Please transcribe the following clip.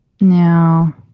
Now